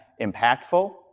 impactful